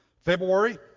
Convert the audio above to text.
February